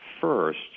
first